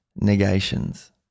negations